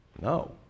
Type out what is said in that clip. No